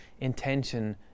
intention